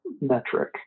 metric